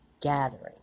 gathering